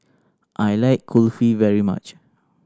I like Kulfi very much